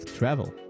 travel